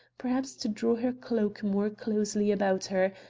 perhaps to draw her cloak more closely about her,